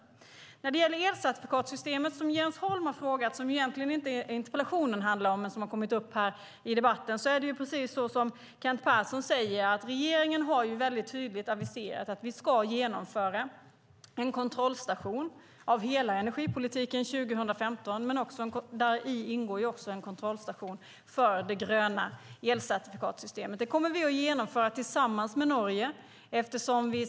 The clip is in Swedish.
Jens Holm har frågat om elcertifikatssystemet; vilket interpellationen egentligen inte handlar om men frågan har kommit upp i debatten. Precis som Kent Persson säger har regeringen tydligt aviserat en kontrollstation av hela energipolitiken 2015. Däri ingår en kontrollstation för det gröna elcertifikatssystemet. Det kommer vi att genomföra tillsammans med Norge.